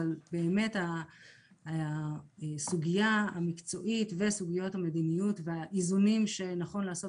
אבל הסוגייה המקצועית וסוגיות המדיניות והאיזון שנכון לעשות